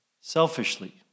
selfishly